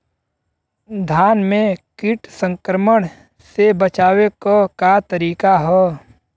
धान के कीट संक्रमण से बचावे क का तरीका ह?